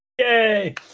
Yay